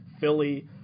Philly